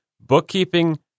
bookkeeping